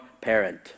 parent